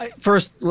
First